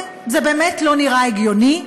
זה באמת לא נראה הגיוני,